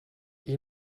you